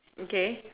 okay